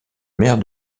maire